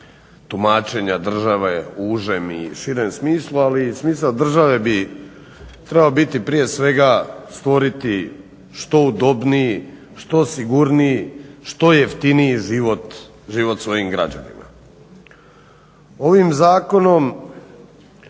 tumačenja države u užem i širem smislu, ali smisao države bi trebao biti prije svega stvoriti što udobniji, što sigurniji, što jeftiniji život svojim građanima. Ovim zakonom,